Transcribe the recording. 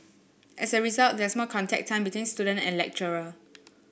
as a result there's more contact time between student and lecturer